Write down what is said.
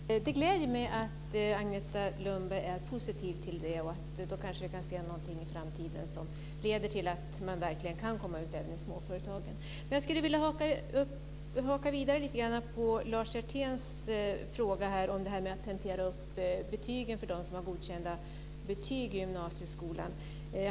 Fru talman! Det gläder mig att Agneta Lundberg är positiv till det. Då kanske vi kan se något i framtiden som leder till att man verkligen kan komma ut även i småföretagen. Jag skulle vilja haka på lite grann på Lars Hjerténs fråga om det här med att tentera upp betyg för de som har godkända betyg i gymnasieskolan.